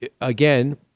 again